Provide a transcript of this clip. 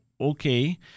Okay